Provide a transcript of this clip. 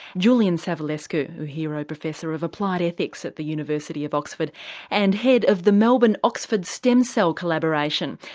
julian savulescu uehiro professor of applied ethics at the university of oxford and head of the melbourne oxford stem cell collaboration.